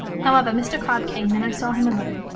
however, mr. cobb came, and i saw him alone.